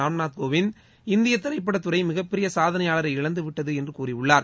ராம்நாத் கோவிந்த் இந்திய திரைப்படத் துறை மிகப் பெரிய சாதனையாளரை இழந்துவிட்டது என்று கூறியுள்ளார்